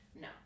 no